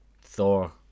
Thor